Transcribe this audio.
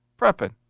prepping